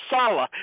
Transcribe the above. Sala